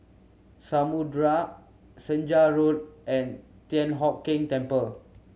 Samudera Senja Road and Thian Hock Keng Temple